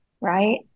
Right